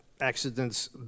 accidents